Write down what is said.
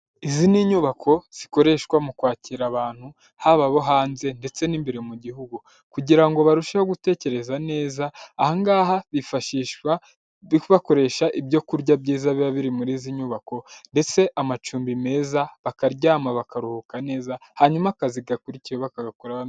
Izi ni inyubako zikoreshwa mu kwakira abantu haba abo hanze ndetse n'imbere mu gihugu kugira ngo barusheho gutekereza neza ahangaha bifashishwa kubakoresha ibyokurya byiza biba biri muri izi nyubako ndetse amacumbi meza bakaryama bakaruhuka neza hanyuma akazi gakuri bakagakora.